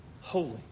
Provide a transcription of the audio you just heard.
holy